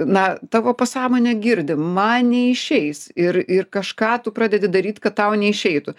na tavo pasąmonė girdi man neišeis ir ir kažką tu pradedi daryt kad tau neišeitų